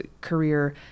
career